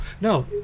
No